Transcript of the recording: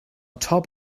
top